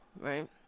right